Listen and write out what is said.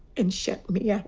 and shut me yeah